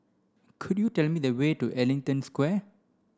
could you tell me the way to Ellington Square